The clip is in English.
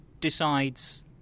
decides